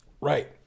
Right